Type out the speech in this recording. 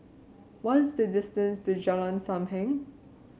what is the distance to Jalan Sam Heng